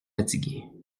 fatigué